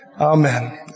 Amen